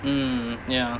mm ya